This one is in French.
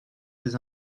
des